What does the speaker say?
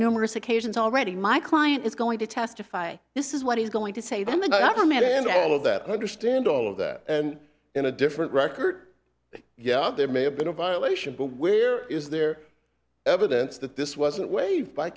numerous occasions already my client is going to testify this is what he's going to say then the government and all of that understand all of that and in a different record yeah there may have been a violation but where is there evidence that this wasn't waived by